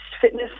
Fitness